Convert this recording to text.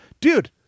Dude